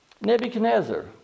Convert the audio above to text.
Nebuchadnezzar